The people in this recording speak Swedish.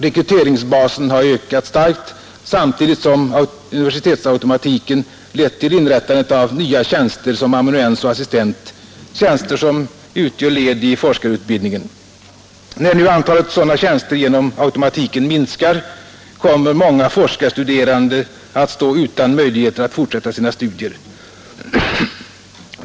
Rekryteringsbasen har ökat starkt samtidigt som universitetsautomatiken lett till inrättandet av nya tjänster som amanuens och assistent, tjänster som utgör led i forskarutbildningen. När nu antalet sådana tjänster genom automatiken minskar, kommer många forskarstuderande att stå utan möjligheter att fortsätta sina studier.